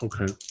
Okay